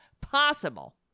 possible